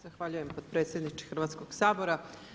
Zahvaljujem potpredsjedniče Hrvatskog sabora.